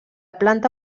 planta